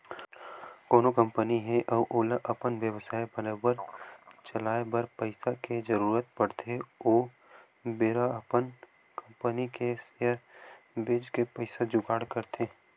कोनो कंपनी हे अउ ओला अपन बेवसाय बरोबर चलाए बर पइसा के जरुरत पड़थे ओ बेरा अपन कंपनी के सेयर बेंच के पइसा जुगाड़ करथे